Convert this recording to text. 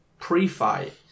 Pre-fight